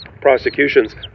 prosecutions